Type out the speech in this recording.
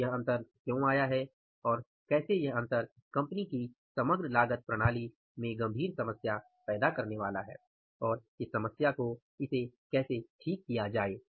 तो यह अंतर क्यों आया है और कैसे यह अंतर कंपनी की समग्र लागत प्रणाली में गंभीर समस्या पैदा करने वाला है और इसे कैसे ठीक किया जाए